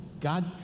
God